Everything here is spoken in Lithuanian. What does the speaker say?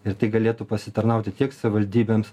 ir tai galėtų pasitarnauti tiek savivaldybėms